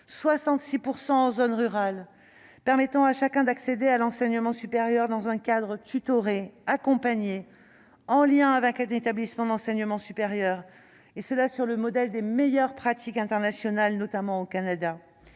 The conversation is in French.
en zone rurale, qui permettent à chacun d'accéder à l'enseignement supérieur dans un cadre tutoré, en lien avec un établissement d'enseignement supérieur, sur le modèle des meilleures pratiques internationales, notamment celles du Canada.